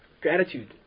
gratitude